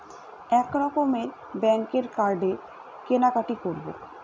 এক রকমের ব্যাঙ্কের কার্ডে কেনাকাটি করব